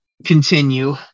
continue